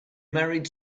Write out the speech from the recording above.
married